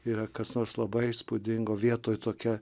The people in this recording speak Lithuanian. yra kas nors labai įspūdingo vietoj tokia